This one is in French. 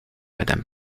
madame